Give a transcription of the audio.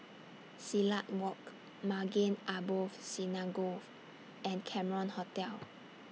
Silat Walk Maghain Aboth Synagogue and Cameron Hotel